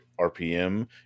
RPM